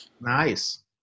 Nice